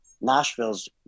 Nashville's